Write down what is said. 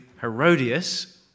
Herodias